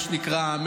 מה שנקרא,